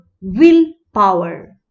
willpower